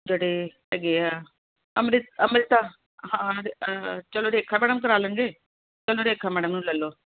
ਜਿਹੜੇ ਹੈਗੇ ਆ ਅੰਮ੍ਰਿਤ ਅੰਮ੍ਰਿਤਾ ਹਾਂ ਚਲੋ ਰੇਖਾ ਮੈਡਮ ਕਰਾ ਲੈਂਦੇ ਚਲੋ ਰੇਖਾ ਮੈਡਮ ਨੂੰ ਲੈ ਲਉ